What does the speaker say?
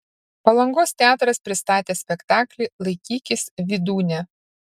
palangos teatras pristatė spektaklį laikykis vydūne